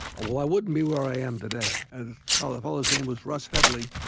well, i wouldn't be where i am today. and the fellow's name was russ headley.